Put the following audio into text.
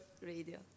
Radio